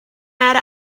out